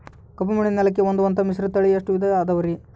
ಕಪ್ಪುಮಣ್ಣಿನ ನೆಲಕ್ಕೆ ಹೊಂದುವಂಥ ಮಿಶ್ರತಳಿ ಎಷ್ಟು ವಿಧ ಅದವರಿ?